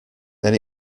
then